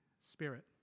spirit